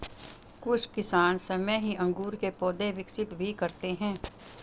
कुछ किसान स्वयं ही अंगूर के पौधे विकसित भी करते हैं